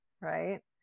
Right